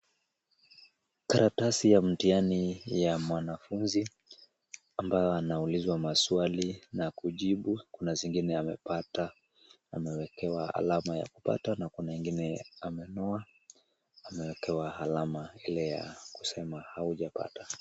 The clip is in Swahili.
Karatasi ya mtihani ya mwanafunzi ambayo anaulizwa maswali na kujibu, kuna zingine amepata anawekewa alama ya kupata na kuna zingine amenoa anawekewa alama ile ya kusema hujapata.